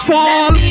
Fall